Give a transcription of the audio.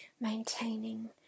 maintaining